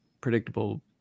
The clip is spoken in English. predictable